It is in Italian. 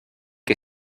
che